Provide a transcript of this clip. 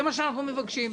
זה מה שאנחנו מבקשים.